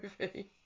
movie